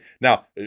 now